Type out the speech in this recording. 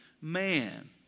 man